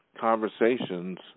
Conversations